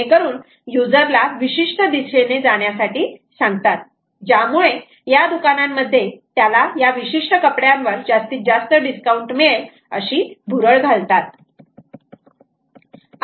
जेणेकरून युजर ला विशिष्ट दिशेने जाण्यासाठी सांगतात ज्यामुळे या दुकानांमध्ये त्याला या विशिष्ट कपड्यावर जास्तीत जास्त डिस्काउंट मिळेल अशी भुरळ घालतात